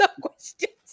questions